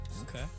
Okay